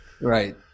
Right